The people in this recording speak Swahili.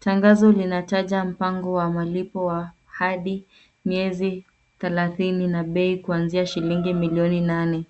Tangazo linataja mpango wa malipo wa hadi miezi thelathini na bei kuanzia shilingi milioni nane.